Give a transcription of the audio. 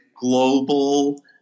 global